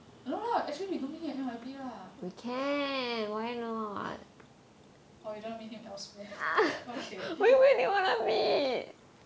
no lah actually we don't meet him at N_Y_P lah or you don't want meet him elsewhere okay